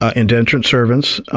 ah indentured servants,